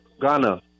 Ghana